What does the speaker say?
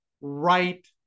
right